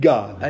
God